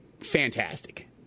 fantastic